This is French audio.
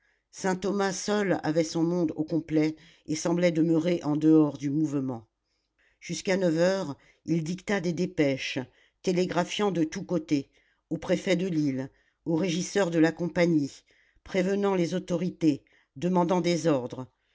saint-thomas seul avait son monde au complet et semblait demeurer en dehors du mouvement jusqu'à neuf heures il dicta des dépêches télégraphiant de tous côtés au préfet de lille aux régisseurs de la compagnie prévenant les autorités demandant des ordres